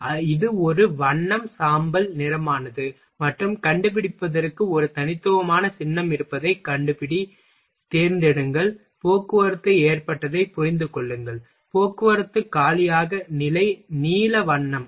எனவே இது ஒரு வண்ணம் சாம்பல் நிறமானது மற்றும் கண்டுபிடிப்பதற்கு ஒரு தனித்துவமான சின்னம் இருப்பதைக் கண்டுபிடி தேர்ந்தெடுங்கள் போக்குவரத்து ஏற்றப்பட்டதைப் புரிந்து கொள்ளுங்கள் போக்குவரத்து காலியாக நிலை நீல வண்ணம்